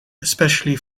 especially